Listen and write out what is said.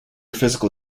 physical